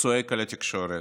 צועק על התקשורת,